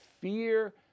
fear